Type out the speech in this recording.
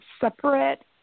separate